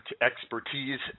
expertise